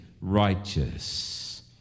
righteous